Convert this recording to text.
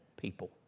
people